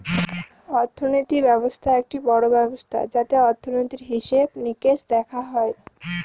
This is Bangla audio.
অর্থনীতি ব্যবস্থা একটি বড়ো ব্যবস্থা যাতে অর্থনীতির, হিসেবে নিকেশ দেখা হয়